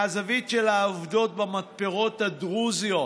מהזווית של העובדות במתפרות הדרוזיות.